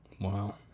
Wow